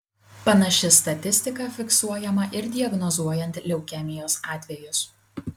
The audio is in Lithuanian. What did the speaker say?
panaši statistika fiksuojama ir diagnozuojant leukemijos atvejus